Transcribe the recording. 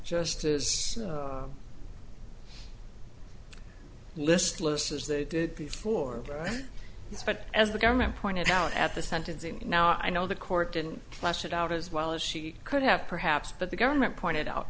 just as listless as they did before this but as the government pointed out at the sentencing now i know the court didn't class it out as well as she could have perhaps but the government pointed out